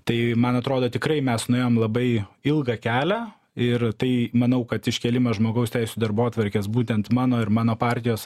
tai man atrodo tikrai mes nuėjom labai ilgą kelią ir tai manau kad iškėlimas žmogaus teisių darbotvarkės būtent mano ir mano partijos